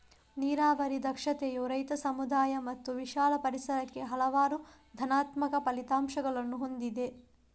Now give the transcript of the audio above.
ನೀರಾವರಿ ದಕ್ಷತೆಯು ರೈತ, ಸಮುದಾಯ ಮತ್ತು ವಿಶಾಲ ಪರಿಸರಕ್ಕೆ ಹಲವಾರು ಧನಾತ್ಮಕ ಫಲಿತಾಂಶಗಳನ್ನು ಹೊಂದಿದೆ